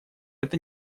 это